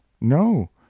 no